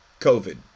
COVID